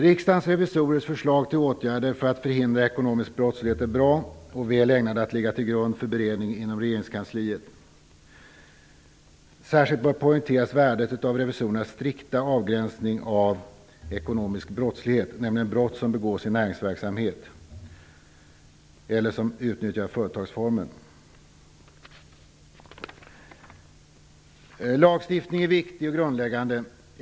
Riksdagens revisorers förslag till åtgärder för att förhindra ekonomisk brottslighet är bra och väl ägnade att ligga till grund för beredning inom regeringskansliet. Särskilt bör poängteras värdet utav revisorernas strikta avgränsning av ekonomisk brottslighet, nämligen brott som begås i näringsverksamhet eller som utnyttjar företagsformen. Lagstiftningen är viktig och grundläggande.